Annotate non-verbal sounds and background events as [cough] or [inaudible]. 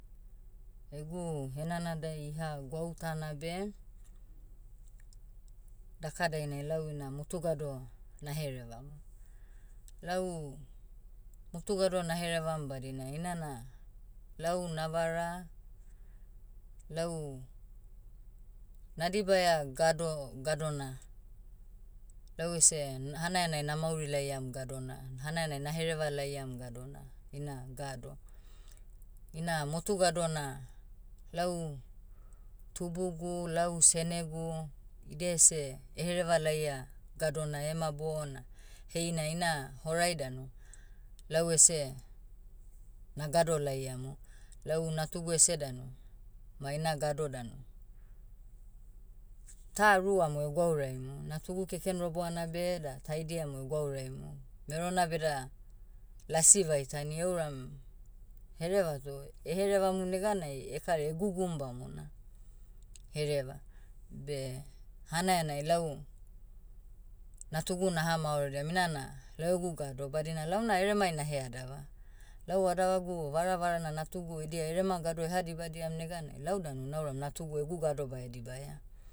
Egu henanadai iha gwautana beh, daka dainai lau ina motu gado, naherevamu. Lau, motu gado naherevam badina inana, lau navara, lau, nadibaia gado- gadona. Lau ese, n- hanaianai namauri laiam gadona. Hanaianai nahereva laiam gadona, ina gado. Ina motu gado na, lau, tubugu lau senegu, idia ese, ehereva laia gadona ema bona, heina ina horai danu, lau ese, nagado laiamu. Lau natugu ese danu, ma ina gado danu, ta rua mo egwauraimu. Natugu keken roboana beh da taidia mo egwauraimu. Merona beda, lasi vaitani euram, hereva toh, [hesitation] herevamu neganai ekara egugum bamona, hereva. Beh, hanaianai lau, natugu naha maorodiam inana lau egu gado badina launa eremai naheadava. Lau adavagu varavarana natugu ediai erema gado eha dibadiam neganai lau danu nauram natugu egu gado bae dibaia.